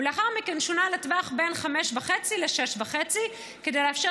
ולאחר מכן שונה לטווח בין 5.5% ל-6.5% כדי לאפשר